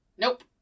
Nope